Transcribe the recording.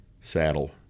saddle